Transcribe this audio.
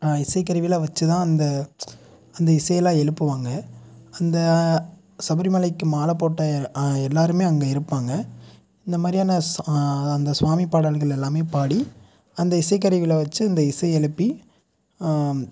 இசைக் கருவி எல்லாம் வச்சிதான் அந்த அந்த இசைலாம் எழுப்புவாங்க அந்த சபரிமலைக்கு மாலை போட்ட எல்லாரும் அங்கே இருப்பாங்க இந்தமாதிரியான ஸ் அந்த ஸ்வாமி பாடல்கள் எல்லாம் பாடி அந்த இசைக் கருவிகளை வச்சி இந்த இசை எழுப்பி